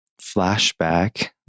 Flashback